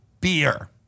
beer